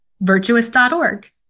Virtuous.org